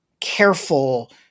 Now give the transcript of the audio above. careful